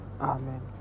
Amen